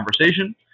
conversation